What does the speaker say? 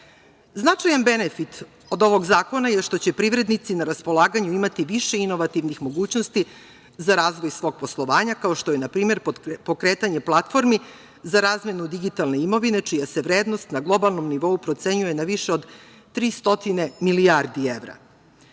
zakona. Značajan benefit od ovog zakona je što će privrednici na raspolaganju imati više inovativnih mogućnosti za razvoj svog poslovanja, kao što je na primere pokretanje platformi za razmenu digitalne imovine čija se vrednost na globalnom nivou procenjuje na više od 300 milijardi